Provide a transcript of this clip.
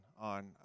on